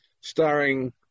starring